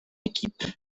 équipe